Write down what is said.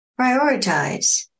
Prioritize